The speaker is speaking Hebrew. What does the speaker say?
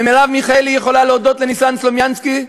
ומרב מיכאלי יכולה להודות לניסן סלומינסקי,